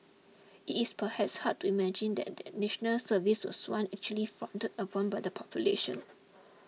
it's perhaps hard to imagine then that National Service was once actually frowned upon by the population